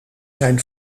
zijn